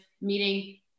meeting